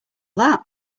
that